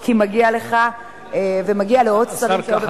כי מגיע לך ומגיע לעוד שרים שהיו בוועדת השרים.